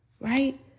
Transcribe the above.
right